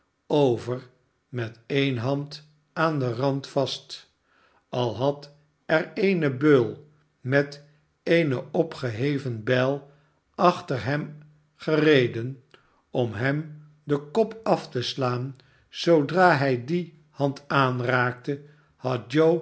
over met dene hand aan den rand vast al had er eene beul met eene opgeheven bijl achter hem gereden om hem den kop af te slaan zoodra hij die hand aanraakte had